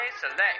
Select